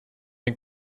den